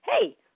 hey